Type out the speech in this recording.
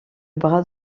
bras